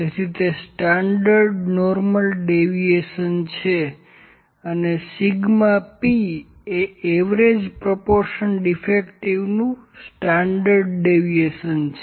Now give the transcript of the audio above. તેથી તે standard normal deviation છે અને σp એ એવરેજ પ્રોપોર્શન ડીફેક્ટિવનું સ્ટન્ડર્ડ ડેવિએશન છે